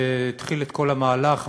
שהתחיל את כל המהלך,